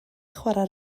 chwarae